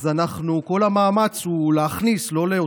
אז כל המאמץ הוא להכניס, לא להוציא.